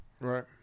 right